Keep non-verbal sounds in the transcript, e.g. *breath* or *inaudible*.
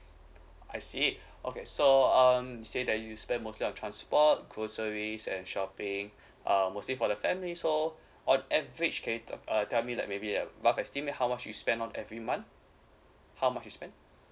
I see okay so um say that you spend mostly on transport groceries and shopping *breath* um mostly for the family so on average ca~ uh tell me that maybe uh estimate how much you spend on every month how much you spend